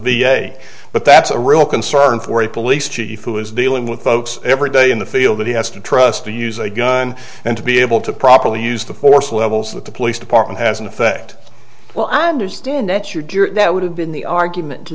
a but that's a real concern for a police chief who is dealing with folks every day in the field that he has to trust to use a gun and to be able to properly use the force levels that the police department has in effect well i understand that your dear that would have been the argument to